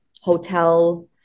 hotel